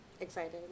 excited